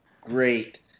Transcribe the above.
great